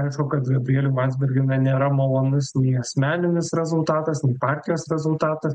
aišku kad gabrieliui landsbergiui na nėra malonus nei asmeninis rezultatas nei partijos rezultatas